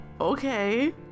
okay